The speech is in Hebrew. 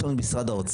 יש לנו את משרד האוצר.